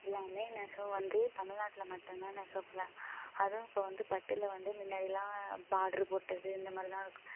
எல்லாமே நெசவு வந்து தமிழ்நாட்ல மட்டுந்தான் நெசவு பண்ணுறாங்க அதுவும் இப்போ வந்து பட்டில் வந்து முன்னடிலாம் பார்ட்ரு போட்டது இந்த மாதிரி தான் இருக்கும்